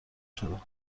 شدم